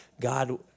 God